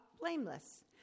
blameless